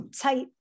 tight